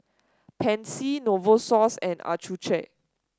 Pansy Novosource and Accucheck